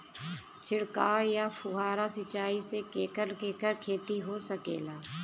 छिड़काव या फुहारा सिंचाई से केकर केकर खेती हो सकेला?